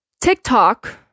TikTok